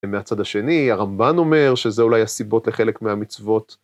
ומהצד השני הרמב"ן אומר שזה אולי הסיבות לחלק מהמצוות.